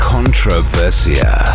Controversia